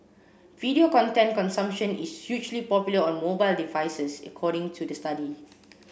video content consumption is hugely popular on mobile devices according to the study